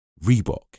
Reebok